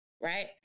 right